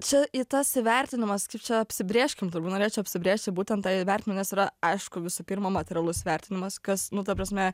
čia į tas įvertinimas kaip čia apsibrėžkim turbūt norėčiau apsibrėžti būtent tą įvertinimą nes yra aišku visų pirma materialus vertinimas kas nu ta prasme